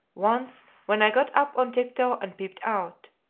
once when i got up on tip-toe and peeped out.